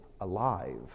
alive